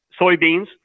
soybeans